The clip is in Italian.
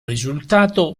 risultato